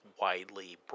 widely